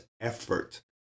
effort